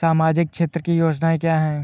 सामाजिक क्षेत्र की योजनाएँ क्या हैं?